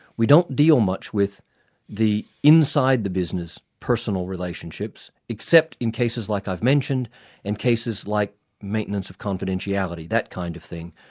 we don't deal much with the inside the business personal relationships, except in cases like i've mentioned and cases like maintenance of confidentiality, that kind of thing,